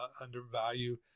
undervalue